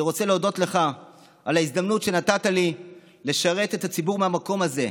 אני רוצה להודות לך על ההזדמנות שנתת לי לשרת את הציבור מהמקום הזה.